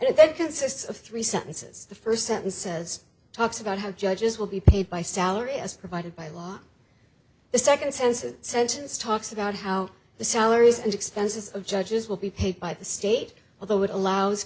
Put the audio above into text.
and that consists of three sentences the first sentence says talks about how judges will be paid by salary as provided by law the second sentence sentence talks about how the salaries and expenses of judges will be paid by the state although it allows